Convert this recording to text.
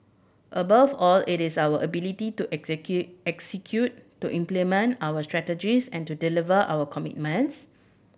above all it is our ability to execute to implement our strategies and to deliver our commitments